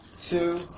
two